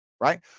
Right